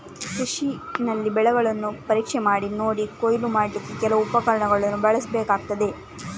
ಕೃಷಿನಲ್ಲಿ ಬೆಳೆಗಳನ್ನ ಪರೀಕ್ಷೆ ಮಾಡಿ ನೋಡಿ ಕೊಯ್ಲು ಮಾಡ್ಲಿಕ್ಕೆ ಕೆಲವು ಉಪಕರಣಗಳನ್ನ ಬಳಸ್ಬೇಕಾಗ್ತದೆ